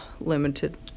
limited